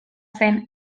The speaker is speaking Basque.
zen